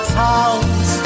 towns